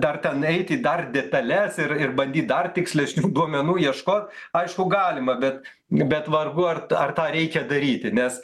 dar ten eit į dar detales ir ir bandyt dar tikslesnių duomenų ieško aišku galima bet bet vargu ar ar tą reikia daryti nes